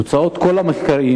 תוצאות כל המחקרים,